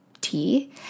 tea